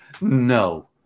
No